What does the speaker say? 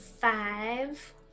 five